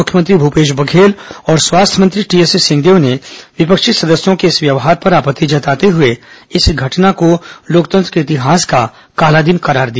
मुख्यमंत्री भूपेश बघेल और स्वास्थ्य मंत्री टीएस सिंहदेव ने विपक्षी सदस्यों के इस व्यवहार पर आपत्ति जताते हुए इस घटना को लोकतंत्र के इतिहास का काला दिन करार दिया